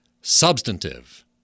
substantive